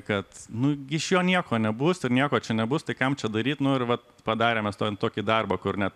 kad nu iš jo nieko nebus ir nieko čia nebus tai kam čia daryt nu ir vat padarėm mes tokį darbą kur net